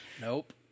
Nope